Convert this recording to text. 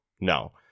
No